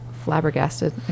Flabbergasted